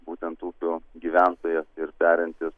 būtent upių gyventojas ir perintis